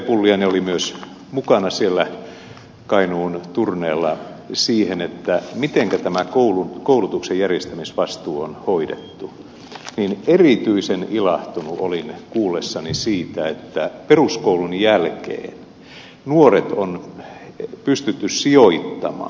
pulliainen oli myös mukana siellä kainuun turneella siihen mitenkä tämä koulutuksen järjestämisvastuu on hoidettu niin erityisen ilahtunut olin kuullessani että peruskoulun jälkeen nuoret on pystytty sijoittamaan